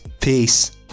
Peace